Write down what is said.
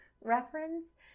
reference